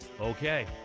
Okay